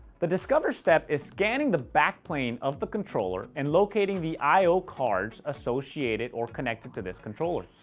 the discover step is scanning the back plane of the controller and locating the i o cards associated or connected to this controller.